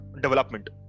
development